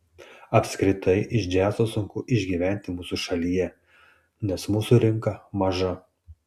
apskritai iš džiazo sunku išgyventi mūsų šalyje nes mūsų rinka maža